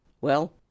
Well